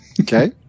Okay